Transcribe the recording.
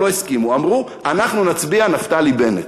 לא הסכימו; אמרו, אנחנו נצביע נפתלי בנט.